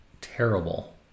terrible